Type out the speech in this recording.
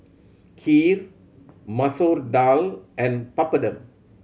Kheer Masoor Dal and Papadum